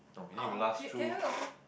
ah oh can can I have your phone